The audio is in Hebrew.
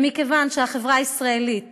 מכיוון שהחברה הישראלית